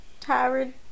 tired